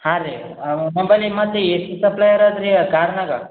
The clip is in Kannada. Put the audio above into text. ಹಾಂ ರೀ ಒಬ್ಬ ನಿಮ್ಮಲ್ಲಿ ಎಷ್ಟು ಸಪ್ಲಯರ್ ಅದ್ರಿ ಆ ಕಾರ್ನಾಗ